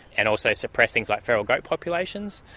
and also suppress things like feral goat populations.